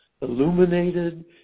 illuminated